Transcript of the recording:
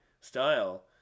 style